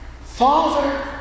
Father